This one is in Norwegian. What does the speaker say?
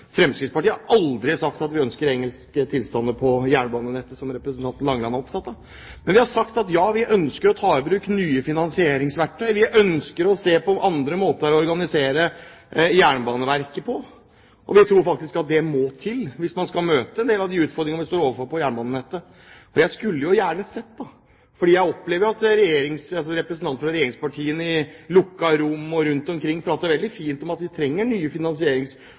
Fremskrittspartiet har aldri sagt at vi ønsker engelske tilstander på jernbanenettet, som representanten Langeland er opptatt av, men vi har sagt at ja, vi ønsker å ta i bruk nye finansieringsverktøy. Vi ønsker å se på andre måter å organisere Jernbaneverket på, og vi tror at det må til hvis man skal møte en del av de utfordringene vi står overfor når det gjelder jernbanenettet. Og jeg skulle jo gjerne sett nye finansieringsmåter, for jeg opplever jo at representanter fra regjeringspartiene i lukkede rom og rundt omkring prater veldig fint om at vi trenger nye